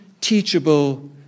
teachable